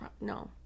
no